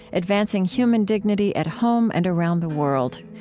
advancing human dignity at home and around the world.